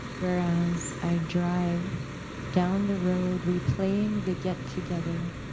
whereas i drive down the road replaying the get-together,